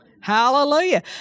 Hallelujah